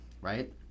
right